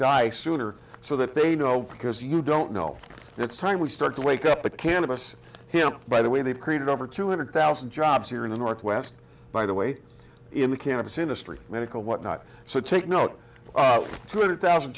die sooner so that they know because you don't know it's time we start to wake up but cannabis him by the way they've created over two hundred thousand jobs here in the northwest by the way in the cannabis industry medical whatnot so take note two hundred thousand